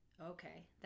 okay